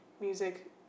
music